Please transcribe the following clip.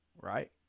right